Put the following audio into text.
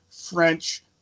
French